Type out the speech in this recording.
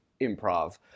improv